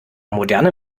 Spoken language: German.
moderne